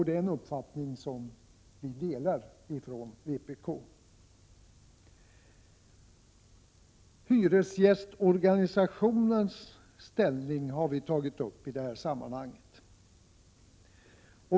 Det är en uppfattning som vi från vpk delar. Hyresgästorganisations ställning har vi tagit upp i detta sammanhang.